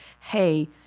hey